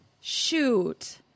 Shoot